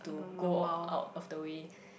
so go out of the way